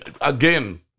Again